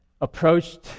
approached